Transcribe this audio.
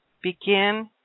begin